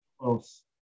close